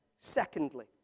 secondly